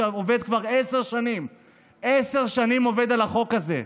שעובד כבר עשר שנים על החוק הזה,